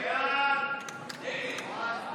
הסתייגות